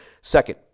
Second